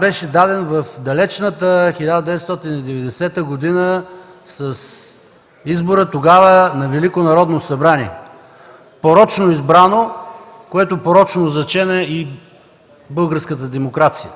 беше даден в далечната 1990 г. с избора тогава на Велико народно събрание – порочно избрано, което порочно зачена и българската демокрация.